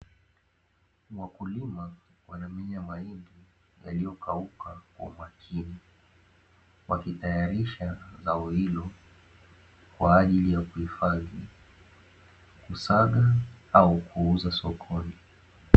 Wakulima wanamenya mahindi yaliyokauka kwa umakini, wakitayarisha zao hilo ya kuuhifadhi, kusaga, au kuuza sokoni.